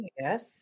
yes